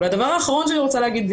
והדבר האחרון שאני רוצה להגיד,